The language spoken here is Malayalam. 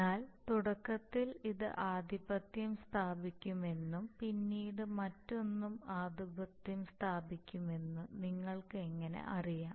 എന്നാൽ തുടക്കത്തിൽ ഇത് ആധിപത്യം സ്ഥാപിക്കുമെന്നും പിന്നീട് മറ്റൊന്ന് ആധിപത്യം സ്ഥാപിക്കുമെന്നും നിങ്ങൾക്ക് എങ്ങനെ അറിയാം